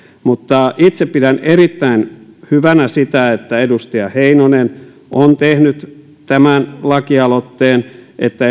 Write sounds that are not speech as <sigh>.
mutta itse pidän erittäin hyvänä sitä että edustaja heinonen on tehnyt tämän lakialoitteen että <unintelligible>